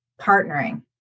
partnering